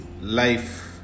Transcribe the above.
life